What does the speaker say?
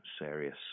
serious